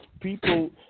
people